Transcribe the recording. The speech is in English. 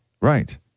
Right